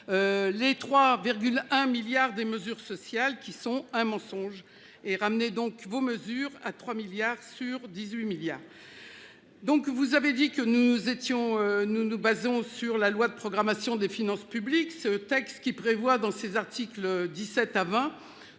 Les 3,1 milliards des mesures sociales qui sont un mensonge. Et ramener donc vos mesures à 3 milliards sur 18 milliards. Donc vous avez dit que nous étions nous nous basons sur la loi de programmation des finances publiques ce texte qui prévoit dans ses articles 17 avant